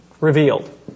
revealed